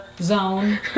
zone